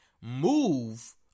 move